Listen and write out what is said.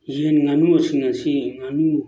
ꯌꯦꯟ ꯉꯥꯅꯨꯁꯤꯡ ꯑꯁꯤ ꯉꯥꯅꯨ